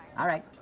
all right,